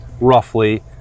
roughly